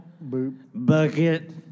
bucket